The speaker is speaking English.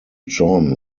john